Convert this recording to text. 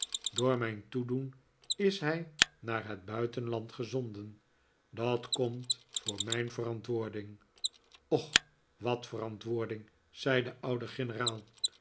door mijn toedoen is hij naar het buitenland gezonden dat komt voor mijn verantwoording och wat verantwoording zei de oude